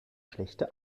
schlechte